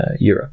Europe